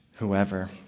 Whoever